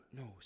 no